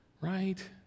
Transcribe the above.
right